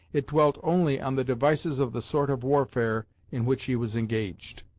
it dwelt only on the devices of the sort of warfare in which he was engaged.